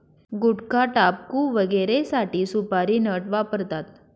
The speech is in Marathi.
गुटखाटाबकू वगैरेसाठी सुपारी नट वापरतात